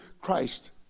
Christ